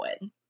win